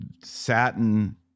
Satin